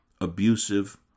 abusive